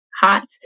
hot